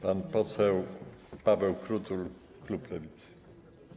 Pan poseł Paweł Krutul, klub Lewicy.